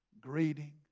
greeting